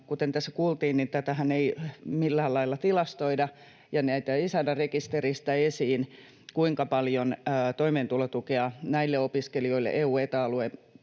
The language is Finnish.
Kuten tässä kuultiin, tätähän ei millään lailla tilastoida, ja näitä ei saada rekisteristä esiin, kuinka paljon toimeentulotukea näille EU- ja Eta-alueen